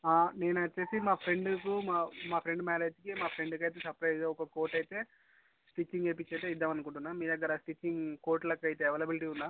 నేను వచ్చేసి మా ఫ్రెండ్కు మా ఫ్రెండ్ మ్యారేజ్కి మా ఫ్రెండ్కి సపరేట్గా ఒక కోటైతే స్టిచ్చింగ్ ఏప్పించేసి ఇద్దాం అనుకుంటున్నాను మీ దగ్గర స్టిచ్చింగ్ కోట్ లెక్క అయితే అవైలబులిటి ఉందా